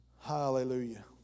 Hallelujah